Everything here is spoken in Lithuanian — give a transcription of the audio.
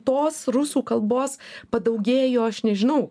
tos rusų kalbos padaugėjo aš nežinau